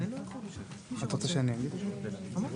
שנייה --- 24?